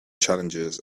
challenges